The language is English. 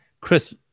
Chris